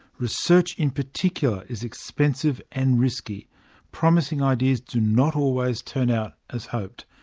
research in particular is expensive and risky promising ideas do not always turn out as hoped.